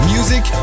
Music